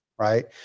Right